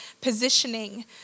positioning